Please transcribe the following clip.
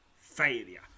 Failure